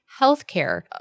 healthcare